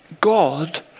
God